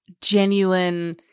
genuine